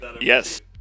Yes